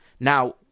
Now